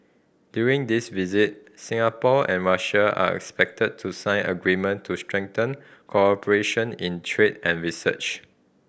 during this visit Singapore and Russia are expected to sign agreement to strengthen cooperation in trade and research